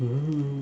hmm